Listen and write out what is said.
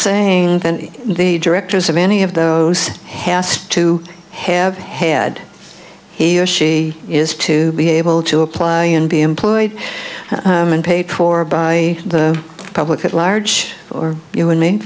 saying that the directors of any of those has to have head he or she is to be able to apply and be employed and paid for by the public at large or you and me